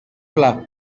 όπλα